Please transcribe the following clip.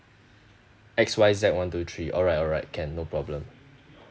X Y Z one two three alright alright can no problem